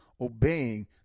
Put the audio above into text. obeying